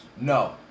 No